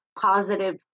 positive